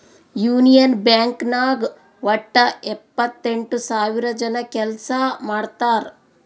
union Bank ನಾಗ್ ವಟ್ಟ ಎಪ್ಪತ್ತೆಂಟು ಸಾವಿರ ಜನ ಕೆಲ್ಸಾ ಮಾಡ್ತಾರ್